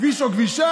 כביש או כבישה,